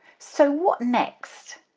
so what next?